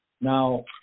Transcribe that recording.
Now